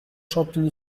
champigny